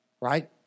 Right